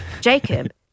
Jacob